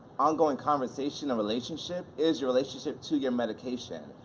ongoing conversation, a relationship, is your relationship to your medication,